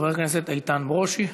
חבר הכנסת איתן ברושי,